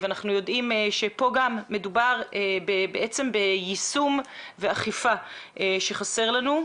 אנחנו יודעים שכאן מדובר ביישום ואכיפה שחסרה לנו.